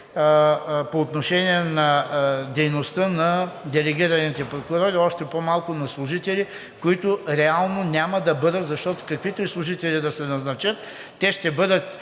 по отношение на дейността на делегираните прокурори, още по-малко на служители, които реално няма да бъдат, защото каквито и служители да се назначат, те ще бъдат